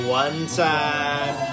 one-time